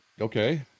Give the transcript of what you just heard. okay